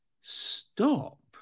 stop